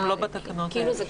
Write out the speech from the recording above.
הם לא בתקנות האלה.